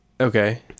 Okay